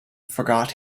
forgot